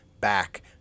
back